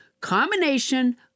combination